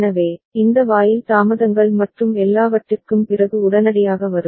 எனவே இந்த வாயில் தாமதங்கள் மற்றும் எல்லாவற்றிற்கும் பிறகு உடனடியாக வரும்